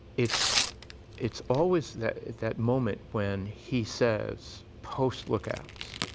it's it's always that that moment when he says, post lookouts,